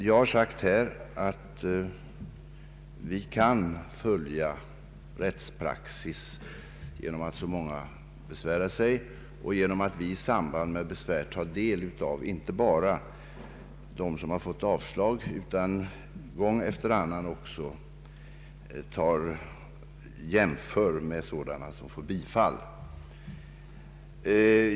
Jag har sagt att vi kan följa rättspraxis genom att så många besvärar sig, ty i samband med besvär tar vi del av inte bara deras ärenden som fått avslag, utan vi jämför gång efter annan med framställningar som bifallits.